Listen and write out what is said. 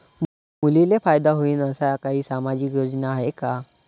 मुलींले फायदा होईन अशा काही सामाजिक योजना हाय का?